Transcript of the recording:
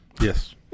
Yes